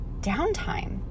downtime